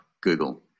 Google